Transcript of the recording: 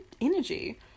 energy